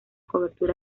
cobertura